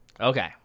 Okay